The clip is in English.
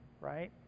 right